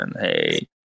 Hey